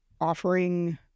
offering